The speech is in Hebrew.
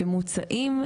שמוצעים,